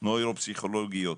נוירו פסיכולוגיות.